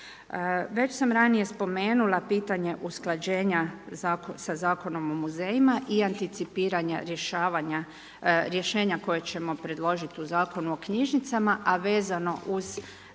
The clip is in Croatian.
Već sam ranije spomenula pitanje usklađenja sa zakonom o muzejima i anticipiranje rješenja koja ćemo predložiti u Zakon o knjižnicama, a vezano uz